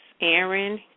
Aaron